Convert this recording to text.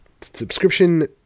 subscription